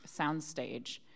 soundstage